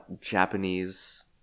Japanese